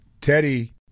Teddy